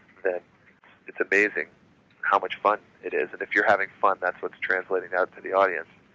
then it's amazing how much fun it is. and if you're having fun, that's what's translating out to the audience.